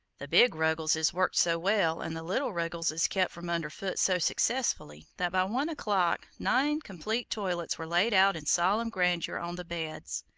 the big ruggleses worked so well, and the little ruggleses kept from under foot so successfully, that by one o'clock nine complete toilets were laid out in solemn grandeur on the beds.